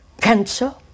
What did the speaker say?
cancer